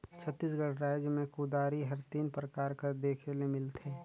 छत्तीसगढ़ राएज मे कुदारी हर तीन परकार कर देखे ले मिलथे